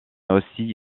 aussi